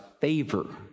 favor